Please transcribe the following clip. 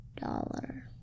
Dollar